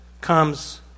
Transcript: comes